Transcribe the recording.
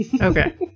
Okay